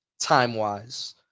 time-wise